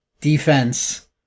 defense